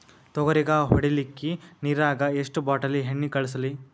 ತೊಗರಿಗ ಹೊಡಿಲಿಕ್ಕಿ ನಿರಾಗ ಎಷ್ಟ ಬಾಟಲಿ ಎಣ್ಣಿ ಕಳಸಲಿ?